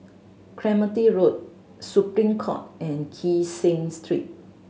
Clementi Road Supreme Court and Kee Seng Street